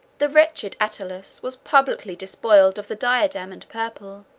the wretched attalus was publicly despoiled of the diadem and purple